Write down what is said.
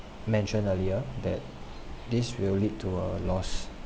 mentioned earlier that this will lead to a loss